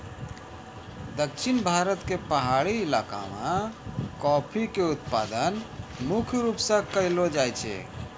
दक्षिण भारत के पहाड़ी इलाका मॅ कॉफी के उत्पादन मुख्य रूप स करलो जाय छै